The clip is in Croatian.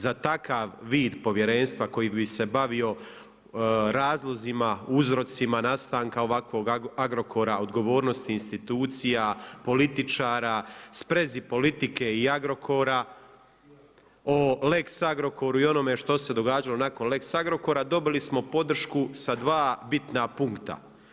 Za takav vid Povjerenstva koji bi se bavio razlozima, uzrocima nastanak ovakvog Agrokora, odgovornosti institucija, političara, sprezi politike i Agrokora, o Lex Agrokoru i onome što se događalo nakon Lex Agrokora, dobili smo podršku sa 2 bitna punkta.